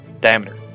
Diameter